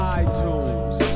iTunes